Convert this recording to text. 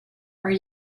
are